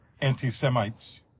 anti-Semites